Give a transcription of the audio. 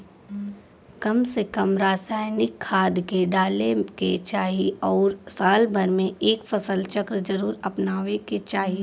कम से कम रासायनिक खाद के डाले के चाही आउर साल भर में एक फसल चक्र जरुर अपनावे के चाही